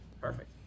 perfect